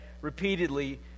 repeatedly